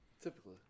Typically